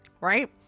Right